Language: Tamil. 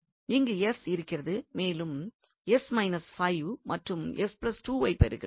இங்கு இருக்கிறது மேலும் மற்றும் ஐ பெற்றுக் கொள்கிறோம்